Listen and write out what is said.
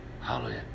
Hallelujah